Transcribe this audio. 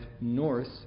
north